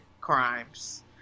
crimes